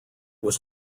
was